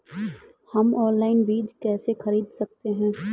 हम ऑनलाइन बीज कैसे खरीद सकते हैं?